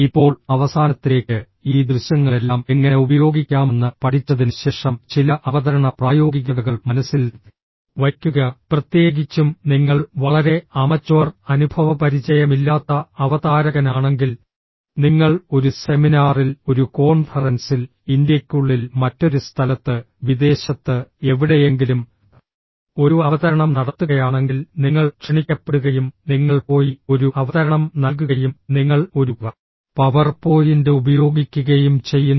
ഇപ്പോൾ അവസാനത്തിലേക്ക് ഈ ദൃശ്യങ്ങളെല്ലാം എങ്ങനെ ഉപയോഗിക്കാമെന്ന് പഠിച്ചതിന് ശേഷം ചില അവതരണ പ്രായോഗികതകൾ മനസ്സിൽ വയ്ക്കുക പ്രത്യേകിച്ചും നിങ്ങൾ വളരെ അമച്വർ അനുഭവപരിചയമില്ലാത്ത അവതാരകനാണെങ്കിൽ നിങ്ങൾ ഒരു സെമിനാറിൽ ഒരു കോൺഫറൻസിൽ ഇന്ത്യയ്ക്കുള്ളിൽ മറ്റൊരു സ്ഥലത്ത് വിദേശത്ത് എവിടെയെങ്കിലും ഒരു അവതരണം നടത്തുകയാണെങ്കിൽ നിങ്ങൾ ക്ഷണിക്കപ്പെടുകയും നിങ്ങൾ പോയി ഒരു അവതരണം നൽകുകയും നിങ്ങൾ ഒരു പവർ പോയിന്റ് ഉപയോഗിക്കുകയും ചെയ്യുന്നു